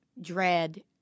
dread